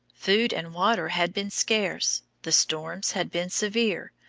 food and water had been scarce, the storms had been severe,